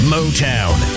Motown